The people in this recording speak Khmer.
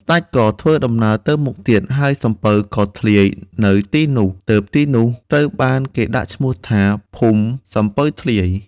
ស្តេចក៏ធ្វើដំណើរទៅមុខទៀត ហើយសំពៅក៏ធ្លាយនៅទីនោះ ទើបទីនោះត្រូវបានគេដាក់ឈ្មោះថា ភូមិសំពៅធ្លាយ។